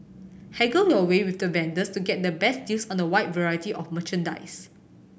haggle your way with the vendors to get the best deals on the wide variety of merchandise